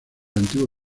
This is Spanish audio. antiguo